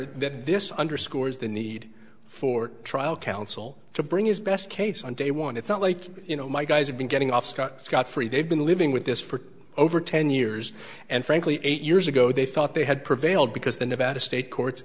honor that this underscores the need for trial counsel to bring his best case on day one it's not like you know my guys have been getting off scot scot free they've been living with this for over ten years and frankly eight years ago they thought they had prevailed because the nevada state court